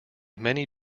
many